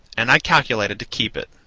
and i calculated to keep it.